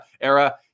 era